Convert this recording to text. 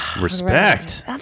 Respect